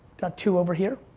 got two over here,